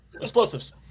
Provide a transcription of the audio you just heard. Explosives